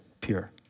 pure